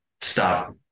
stop